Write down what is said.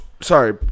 sorry